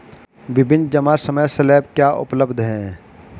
विभिन्न जमा समय स्लैब क्या उपलब्ध हैं?